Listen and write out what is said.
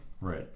Right